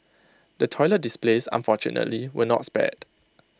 the toilet displays unfortunately were not spared